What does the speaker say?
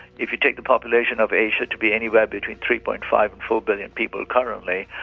if you take the population of asia to be anywhere between three. like five and four billion people currently,